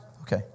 Okay